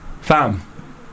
Fam